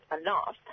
enough